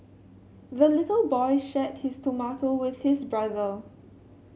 the little boy shared his tomato with his brother